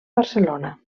barcelona